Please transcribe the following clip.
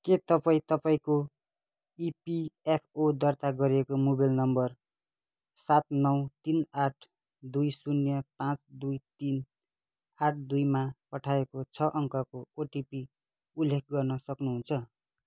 के तपाईँँ तपाईँँको इपिएफओ दर्ता गरिएको मोबाइल नम्बर सात नौ तिन आठ दुई शून्य पाँच दुई तिन आठ दुई मा पठाइएको छ अङ्कको ओटिपी उल्लेख गर्न सक्नुहुन्छ